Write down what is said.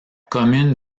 commune